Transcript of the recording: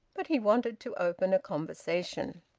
but he wanted to open a conversation.